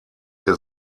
ihr